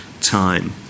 time